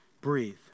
breathe